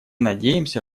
надеемся